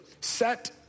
set